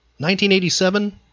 1987